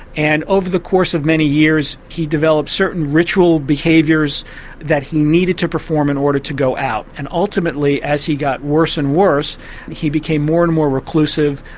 and over the course of many years he developed certain ritual behaviours that he needed to perform in order to go out. and ultimately as he got worse and worse he became more and more reclusive,